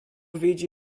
widzi